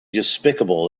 despicable